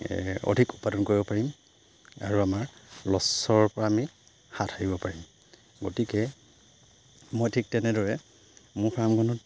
অধিক উৎপাদন কৰিব পাৰিম আৰু আমাৰ লছৰ পৰা আমি হাত সাৰিব পাৰিম গতিকে মই ঠিক তেনেদৰে মোৰ ফাৰ্মখনত